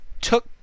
took